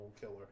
killer